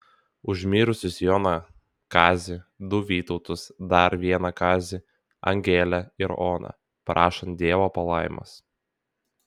už mirusius joną kazį du vytautus dar vieną kazį angelę ir oną prašant dievo palaimos